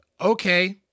okay